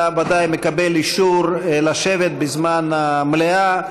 אתה ודאי מקבל אישור לשבת בזמן המליאה,